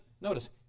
Notice